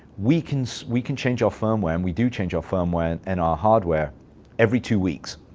we can so we can change our firmware, and we do change our firmware and our hardware every two weeks.